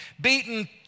beaten